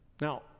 Now